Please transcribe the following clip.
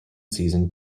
season